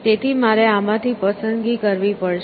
તેથી મારે આમાંથી પસંદગી કરવી પડશે